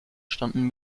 standen